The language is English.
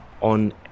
on